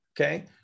okay